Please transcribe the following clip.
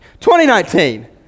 2019